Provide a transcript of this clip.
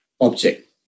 object